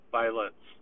violence